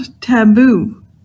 taboo